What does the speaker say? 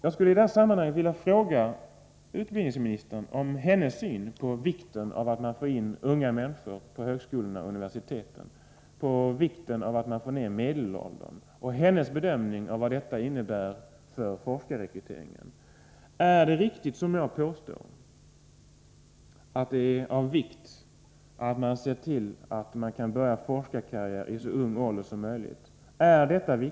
Jag skulle i detta sammanhang vilja fråga utbildningsministern om hennes syn på vikten av att man får in unga människor på högskolorna och universiteten och om vikten av att man får ned medelåldern. Jag skulle också vilja få del av hennes bedömning av vad detta innebär för forskarrekryteringen. Är det riktigt som jag påstår att det är av vikt att vi ser till att man kan börja en forskarkarriär i så unga år som möjligt?